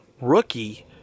rookie –